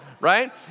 right